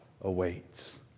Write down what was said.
awaits